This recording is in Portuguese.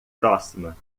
próxima